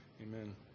Amen